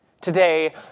Today